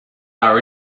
our